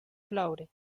ploure